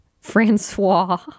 Francois